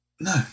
No